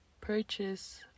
purchase